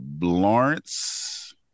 Lawrence